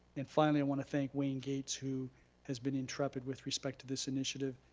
and finally, i want to thank wayne gate who has been intrepid with respect to this initiative.